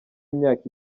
imyaka